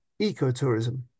ecotourism